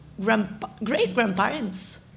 great-grandparents